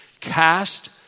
Cast